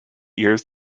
years